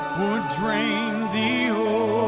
drain the